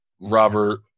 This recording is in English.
Robert